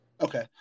Okay